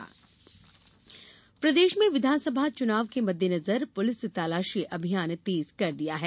तलाशी अभियान प्रदेश में विधानसभा चुनाव के मद्देनजर पुलिस तलाशी अभियान तेज कर दिया है